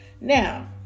Now